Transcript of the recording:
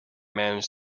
managed